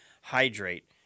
hydrate